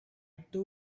too